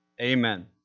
Amen